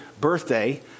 birthday